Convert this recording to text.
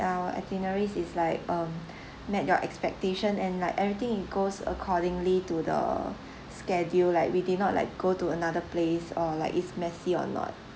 our itineraries is like um met your expectation and like everything goes accordingly to the schedule like we did not like go to another place or like it's messy or not